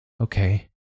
Okay